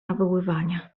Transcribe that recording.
nawoływania